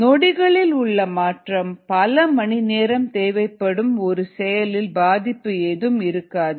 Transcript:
நொடிகளில் உள்ள மாற்றம் பல மணி நேரம் தேவைப்படும் ஒரு செயலில் பாதிப்பு ஏதும் இருக்காது